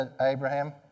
Abraham